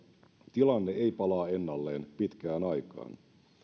tilanne ei palaa ennalleen pitkään aikaan